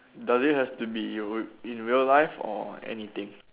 does it has to be r~ in real life or anything